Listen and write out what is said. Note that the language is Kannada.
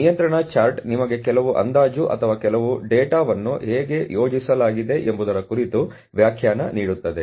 ಆದ್ದರಿಂದ ನಿಯಂತ್ರಣ ಚಾರ್ಟ್ ನಿಮಗೆ ಕೆಲವು ಅಂದಾಜು ಅಥವಾ ಕೆಲವು ಡೇಟಾವನ್ನು ಹೇಗೆ ಯೋಜಿಸಲಾಗಿದೆ ಎಂಬುದರ ಕುರಿತು ವ್ಯಾಖ್ಯಾನ ನೀಡುತ್ತದೆ